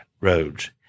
roads